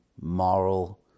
moral